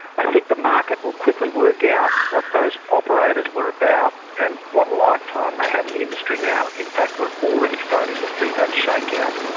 i think the market will quickly work out what those operators were about, and what lifetime they have in the industry now. in fact we're already starting to see that shakeout.